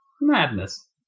Madness